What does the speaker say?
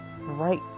right